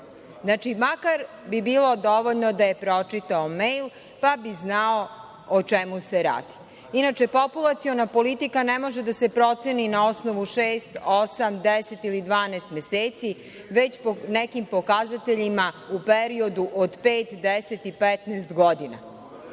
Znači, makar bi bilo dovoljno da je pročitao mejl pa bi znao o čemu se radi. Inače, populaciona politika ne može da se proceni na osnovu šest, osam, deset ili dvanaest meseci, već po nekim pokazateljima u periodu od pet, deset